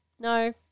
no